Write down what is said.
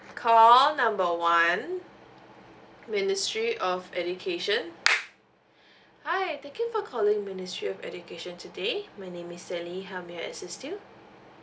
call number one ministry of education hi thank you for calling ministry of education today my name is sally how may I assist you